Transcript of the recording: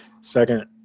Second